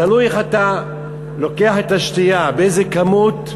תלוי איך אתה לוקח את השתייה, באיזה כמות,